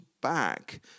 back